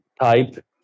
type